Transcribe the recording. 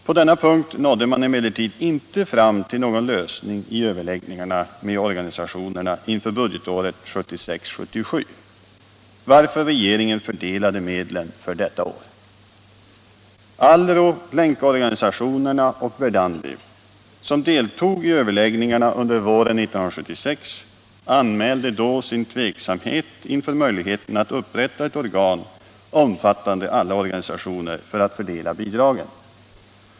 På denna punkt nådde man emellertid inte fram till någon lösning i överläggningarna med organisationerna inför budgetåret 1976/1977 varför regeringen fördelade medlen för detta år. ALRO, länkorganisationerna och Verdandi, som deltog i överläggningarna under våren 1976, anmälde då sin tveksamhet inför möjligheten att upprätta ett organ omfattande alla organisationer för att fördela bidragen.